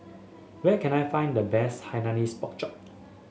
where can I find the best Hainanese Pork Chop